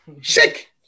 Shake